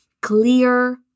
clear